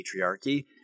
patriarchy